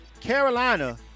Carolina